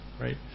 right